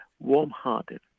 Warm-hearted